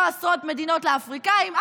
לא עשרות מדינות לאפריקנים,